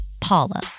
paula